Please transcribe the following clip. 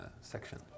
section